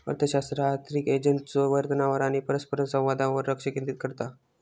अर्थशास्त्र आर्थिक एजंट्सच्यो वर्तनावर आणि परस्परसंवादावर लक्ष केंद्रित करता